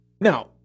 Now